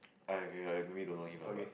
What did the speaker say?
maybe don't know him lah but